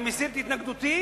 אני מסיר את התנגדותי,